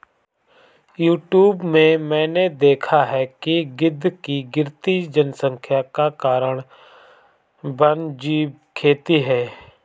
YouTube में मैंने देखा है कि गिद्ध की गिरती जनसंख्या का कारण वन्यजीव खेती है